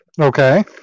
Okay